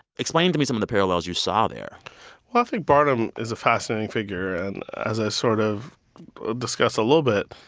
explain to me some of the parallels you saw there well, i think barnum is a fascinating figure. and as i sort of discuss a little bit,